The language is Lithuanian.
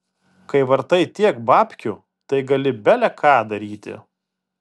kai vartai tiek babkių tai gali bele ką daryti